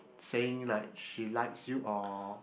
saying like she likes you or